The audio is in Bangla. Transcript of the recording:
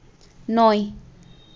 নয়